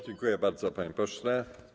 Dziękuję bardzo, panie pośle.